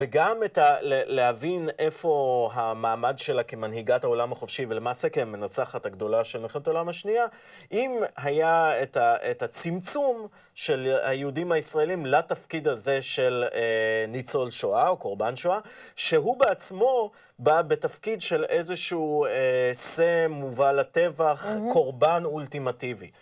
וגם את ה.. ל..להבין איפה המעמד שלה כמנהיגת העולם החופשי ולמעשה כהמנצחת הגדולה של מלחמת העולם השנייה, אם היה את הצמצום של היהודים הישראלים לתפקיד הזה של ניצול שואה או קורבן שואה, שהוא בעצמו בא בתפקיד של איזשהו שה מובל לטבח, קורבן אולטימטיבי.